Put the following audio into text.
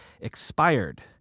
expired